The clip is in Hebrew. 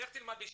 לך תלמד בישיבה,